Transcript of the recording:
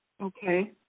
Okay